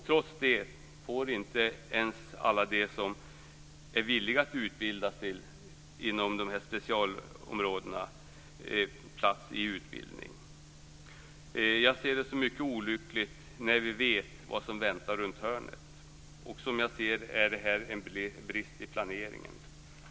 Trots det får inte ens alla de som är villiga att utbilda sig inom dessa specialområden plats i utbildning. Jag ser det som mycket olyckligt när vi vet vad som väntar runt hörnet. Som jag ser det är detta en brist i planeringen.